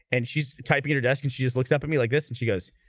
and she's typing at her desk and she just looks up at me like this and she goes